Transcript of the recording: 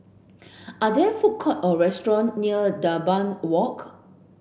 are there food court or restaurant near Dunbar Walk